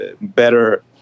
better